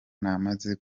namaze